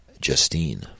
Justine